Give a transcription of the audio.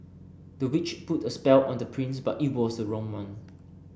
the witch put a spell on the prince but it was a wrong one